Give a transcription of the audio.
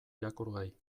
irakurgai